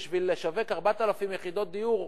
בשביל לשווק 4,000 יחידות דיור,